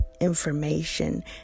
information